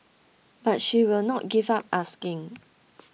but she will not give up asking